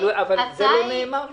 אבל זה נאמר לי.